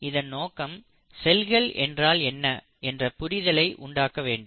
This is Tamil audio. இதன் நோக்கம் செல்கள் என்றால் என்ன என்ற புரிதலை உண்டாக்க வேண்டும்